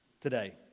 today